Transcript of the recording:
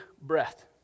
breath